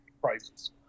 prices